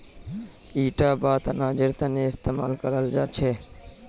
इटा बात अनाजेर तने इस्तेमाल कराल जा छे